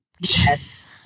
yes